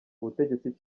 ubutegetsi